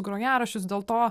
grojaraščius dėl to